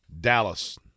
Dallas